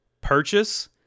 purchase